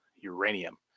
Uranium